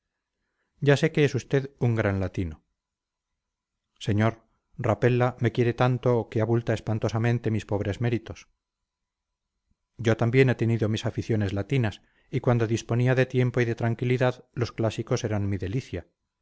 ya sé que es usted un gran latino señor rapella me quiere tanto que abulta espantosamente mis pobres méritos yo también he tenido mis aficiones latinas y cuando disponía de tiempo y de tranquilidad los clásicos eran mi delicia